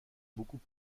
beaucoup